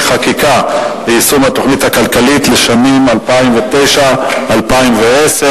חקיקה ליישום התוכנית הכלכלית לשנים 2009 ו-2010)